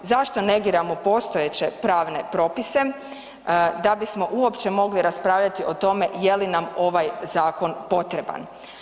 Zašto negiramo postojeće pravne propise, da bismo uopće mogli raspravljati o tome je li nam ovaj zakon potreban.